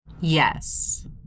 Yes